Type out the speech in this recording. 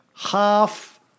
Half